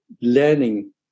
learning